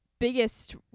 biggest